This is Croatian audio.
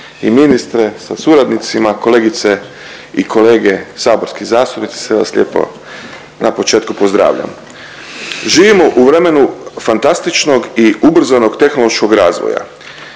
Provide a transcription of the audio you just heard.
i ministre sa suradnicima, kolegice i kolege saborski zastupnici sve vas lijepo na početku pozdravljam. Živimo u vremenu fantastičnog i ubrzanog tehnološkog razvoja.